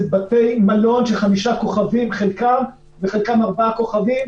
זה בתי מלון של חמישה כוכבים בחלקם וחלקם ארבעה כוכבים,